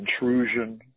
intrusion